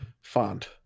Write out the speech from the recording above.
font